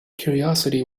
curiosity